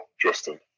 Justin